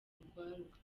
urwaruka